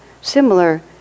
similar